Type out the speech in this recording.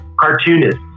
cartoonist